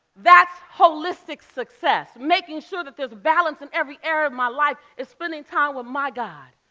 that's holistic success, making sure that there's balance in every area of my life. it's spending time with my god.